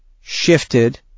shifted